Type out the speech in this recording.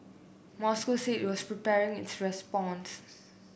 Moscow said it was preparing its response